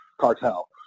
cartel